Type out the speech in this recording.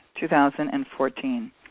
2014